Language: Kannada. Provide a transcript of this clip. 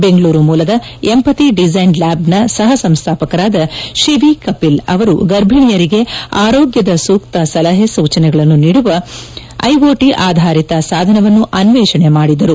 ಬೆಂಗಳೂರು ಮೂಲದ ಎಂಪಥಿ ಡಿಸೈನ್ ಲ್ಲಾಬ್ನ ಸಹ ಸಂಸ್ಥಾಪಕರಾದ ಶಿವಿ ಕಪಿಲ್ ಅವರು ಗರ್ಭಿಣಿಯರಿಗೆ ಆರೋಗ್ಲದ ಸೂಕ್ತ ಸಲಹೆ ಸೂಚನೆಗಳನ್ನು ನೀಡುವ ಐಒಟಿ ಆಧಾರಿತ ಸಾಧನವನ್ನು ಅನ್ನೇಷಣೆ ಮಾಡಿದ್ದರು